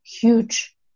huge